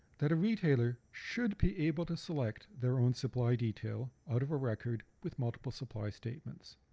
that a retailer should be able to select their own supply detail out of a record with multiple supply statements.